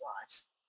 lives